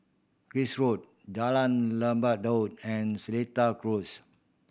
Cris Road Jalan Lebat Daun and Seletar Close